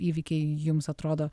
įvykiai jums atrodo